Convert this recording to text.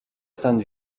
sainte